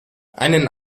einen